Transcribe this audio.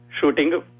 shooting